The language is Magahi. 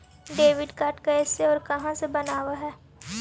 डेबिट कार्ड कैसे और कहां से बनाबे है?